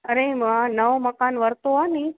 अरे मां नओं मकानु वरितो आहे नी